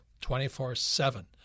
24-7